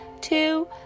two